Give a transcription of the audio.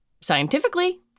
scientifically